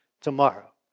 tomorrow